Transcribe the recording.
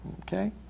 Okay